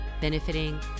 benefiting